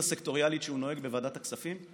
הסקטוריאלית שהוא נוהג בוועדת הכספים.